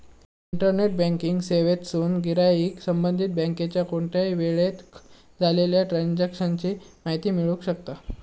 internet banking सेवेतसून गिराईक संबंधित बँकेच्या कोणत्याही वेळेक झालेल्या ट्रांजेक्शन ची माहिती मिळवू शकता